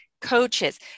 coaches